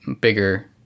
bigger